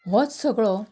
होच सगळो